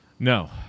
No